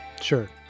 sure